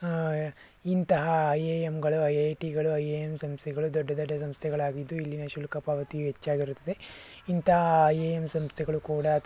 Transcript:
ಇಂತಹ I I ಎಮ್ಗಳು I I ಟಿಗಳು ಐ ಎ ಎಮ್ ಸಂಸ್ಥೆಗಳು ದೊಡ್ಡ ದೊಡ್ಡ ಸಂಸ್ಥೆಗಳಾಗಿದ್ದು ಇಲ್ಲಿನ ಶುಲ್ಕ ಪಾವತಿಯು ಹೆಚ್ಚಾಗಿರುತ್ತದೆ ಇಂತಹ ಐ ಐ ಎಮ್ ಸಂಸ್ಥೆಗಳು ಕೂಡ